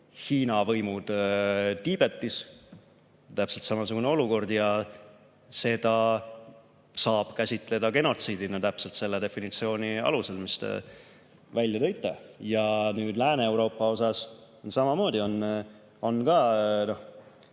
Hiina võimud Tiibetis – täpselt samasugune olukord. Seda saab käsitleda genotsiidina täpselt selle definitsiooni alusel, mille te välja tõite. Ka Lääne-Euroopa kohta on samamoodi teooriaid